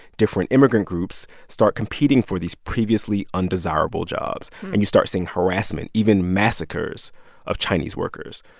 different immigrant groups start competing for these previously undesirable jobs. and you start seeing harassment even massacres of chinese workers.